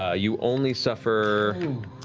ah you only suffer